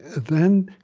then,